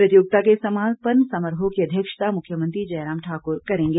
प्रतियोगिता के समापन समारोह की अध्यक्षता मुख्यमंत्री जयराम ठाकुर करेंगे